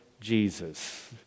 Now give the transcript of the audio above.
Jesus